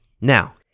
Now